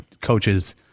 coaches